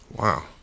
Wow